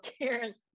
Karen